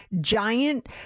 Giant